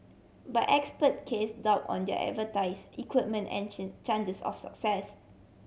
but expert cast doubt on their expertise equipment and chances of success